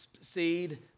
seed